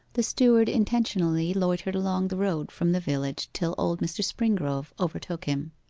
the steward intentionally loitered along the road from the village till old mr. springrove overtook him.